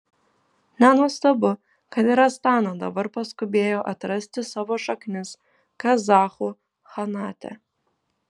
nenuostabu kad ir astana dabar paskubėjo atrasti savo šaknis kazachų chanate